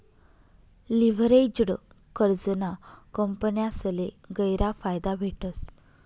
leveraged कर्जना कंपन्यासले गयरा फायदा भेटस